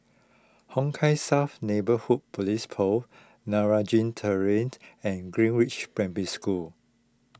Hong Kah South Neighbourhood Police Post Meragi Terrace and Greenridge Primary School